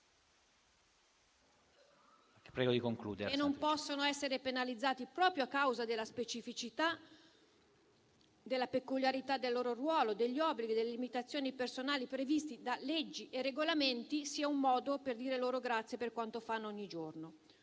non possono essere penalizzati proprio a causa della specificità, della peculiarità del loro ruolo, degli obblighi e delle limitazioni personali previsti da leggi e regolamenti, sia un modo per dire loro grazie per quanto fanno ogni giorno.